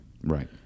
Right